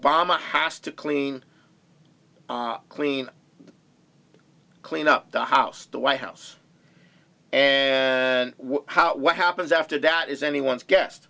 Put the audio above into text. obama has to clean clean clean up the house the white house and how what happens after that is anyone's guess